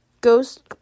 ghost